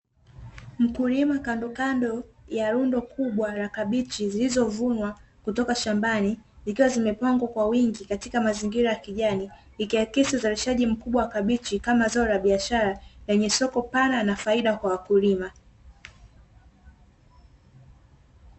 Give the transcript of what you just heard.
Mkulima kandokando ya rundo kubwa la kabichi zilizovunwa kutoka shambani, zikiwa zimepangwa kwa wingi katika mazingira ya kijani, ikiakisi uzalishaji mkubwa wa kabichi kama zao la biashara lenye soko pana na faida kwa wakulima.